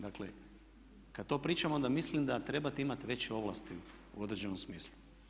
Dakle, kad to pričam onda mislim da trebate imati veće ovlasti u određenom smislu.